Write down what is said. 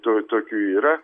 to tokių yra